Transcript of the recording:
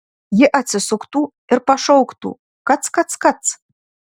ji atsisuktų ir pašauktų kac kac kac